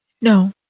No